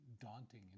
daunting